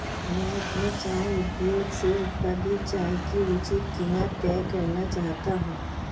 मैं अपने चाय उद्योग से उत्पादित चाय की उचित कीमत तय करना चाहता हूं